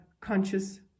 Conscious